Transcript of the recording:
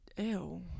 Ew